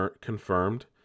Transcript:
confirmed